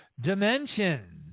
dimensions